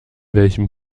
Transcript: welchem